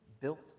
built